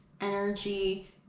energy